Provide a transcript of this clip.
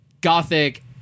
gothic